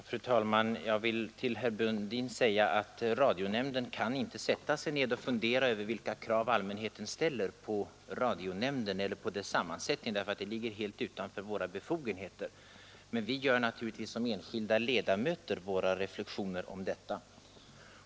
Fru talman! Jag vill till herr Brundin säga att radionämnden inte kan sätta sig ned och fundera över vilka krav allmänheten ställer på radionämnden eller över dess sammansättning, eftersom det ligger helt utanför våra befogenheter, Men vi gör naturligtvis som enskilda ledamöter våra reflexioner om detta.